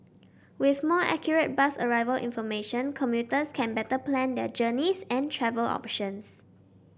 with more accurate bus arrival information commuters can better plan their journeys and travel options